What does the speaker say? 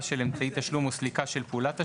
של אמצעי תשלום או סליקה של פעולת תשלום,